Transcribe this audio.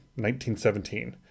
1917